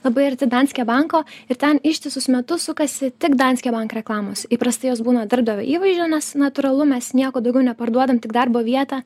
labai arti danske banko ir ten ištisus metus sukasi tik danske bank reklamos įprastai jos būna darbdavio įvaizdžio nes natūralu mes nieko daugiau neparduodam tik darbo vietą